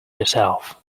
yourself